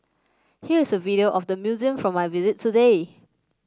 here is a video of the museum from my visit today